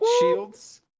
shields